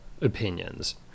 opinions